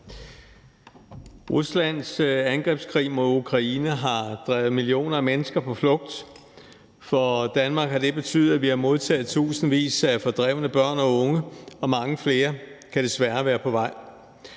Ruslands angrebskrig mod Ukraine har drevet millioner af mennesker på flugt, og for Danmark har det betydet, at vi har modtaget i tusindvis af fordrevne børn og unge, og mange flere kan desværre være på vej.